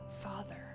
Father